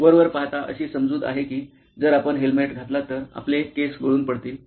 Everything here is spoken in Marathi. वरवर पाहता अशी समजूत आहे की जर आपण हेल्मेट घातला तर आपले केस गळून पडतील